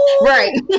Right